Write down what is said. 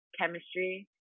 chemistry